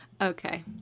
Okay